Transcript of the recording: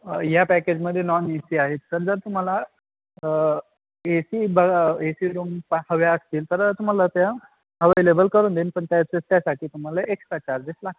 या पॅकेजमध्ये non A C आहेत तर जर तुम्हाला ए सी बघ ए सी रूम हव्या असतील तर तुम्हाला त्या अवेलेबल करून देईन पण त्या त्यासाठी तुम्हाला एक्स्ट्रा चार्जेस लागतील